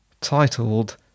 titled